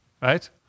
right